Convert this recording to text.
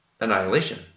Annihilation